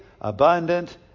abundant